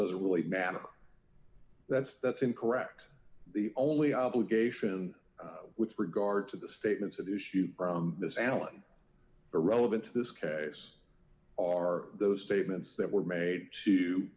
doesn't really matter that's that's incorrect the only obligation with regard to the statements at issue miss allen irrelevant to this case are those statements that were made to